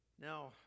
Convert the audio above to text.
Now